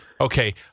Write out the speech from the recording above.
Okay